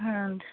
ಹ್ಞೂ ರೀ